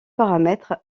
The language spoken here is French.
paramètres